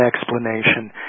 explanation